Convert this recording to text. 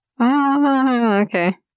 okay